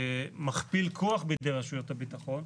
מכפיל כוח בידי רשויות הביטחון,